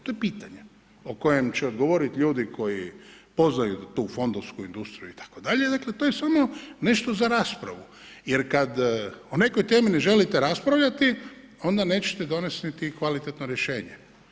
To je pitanje o kojem će odgovoriti ljudi koji poznaju fondovsku industriju itd., dakle to je samo nešto za raspravu jer kad o nekoj temi ne želite raspravljati, onda neće donesti ni kvalitetno rješenje.